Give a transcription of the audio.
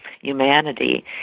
Humanity